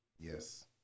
Yes